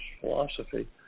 philosophy